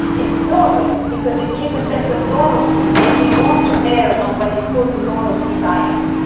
it's normal because it gives a sense of normalcy. and we want to air on what is called a normalcy bias.